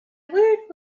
woot